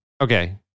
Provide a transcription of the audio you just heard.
Okay